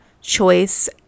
choice